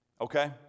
Okay